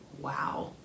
Wow